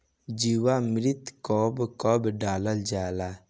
जीवामृत कब कब डालल जाला?